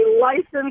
licensed